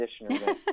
conditioner